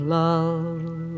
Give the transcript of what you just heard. love